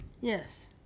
Yes